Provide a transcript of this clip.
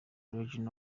region